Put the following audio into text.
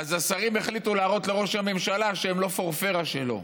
אז השרים החליטו להראות לראש הממשלה שהם לא פורפרה שלו.